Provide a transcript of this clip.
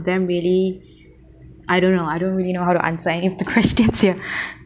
them really I don't know I don't really know how to answer any of the questions here